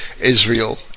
Israel